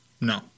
No